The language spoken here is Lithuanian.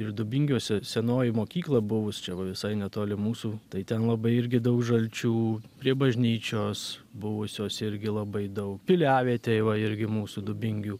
ir dubingiuose senoji mokykla buvus čia visai netoli mūsų tai ten labai irgi daug žalčių prie bažnyčios buvusios irgi labai daug piliavietėj va irgi mūsų dubingių